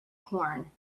corn